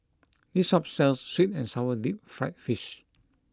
this shop sells Sweet and Sour Deep Fried Fish